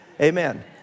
Amen